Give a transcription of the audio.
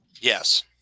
yes